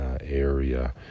area